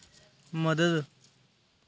मदद